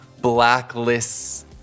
blacklists